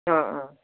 অঁ অঁ